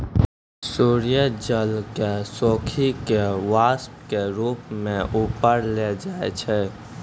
सूर्य जल क सोखी कॅ वाष्प के रूप म ऊपर ले जाय छै